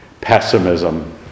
pessimism